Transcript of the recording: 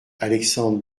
alexandre